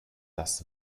das